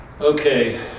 Okay